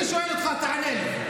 אני שואל אותך, תענה לי.